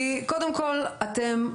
כי קודם כל אתם,